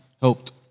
helped